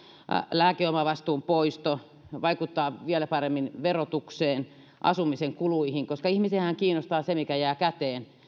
lääkeomavastuun poisto vaikuttaa vielä paremmin verotukseen asumisen kuluihin koska ihmisiähän kiinnostaa se mikä jää käteen